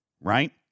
right